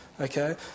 okay